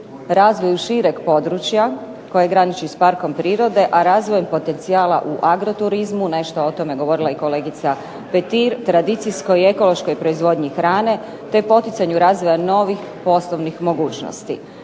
razvoju šireg područja koje graniči s parkom prirode a razvojem potencijala u agro turizmu, nešto o tome je govorila i kolegica Petir, tradicijskoj i ekološkoj proizvodnji hrane te poticanju razvoja novih poslovnih mogućnosti.